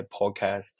podcast